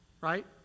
Right